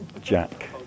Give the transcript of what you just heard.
Jack